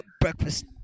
breakfast